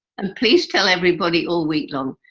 and, please, tell everybody, all week long,